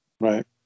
right